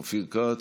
בעד, אופיר כץ,